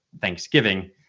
thanksgiving